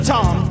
Tom